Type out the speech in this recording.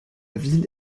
ville